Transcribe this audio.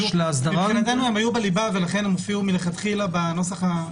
מבחינתנו הם היו בליבה ולכן הופיעו מלכתחילה בנוסח.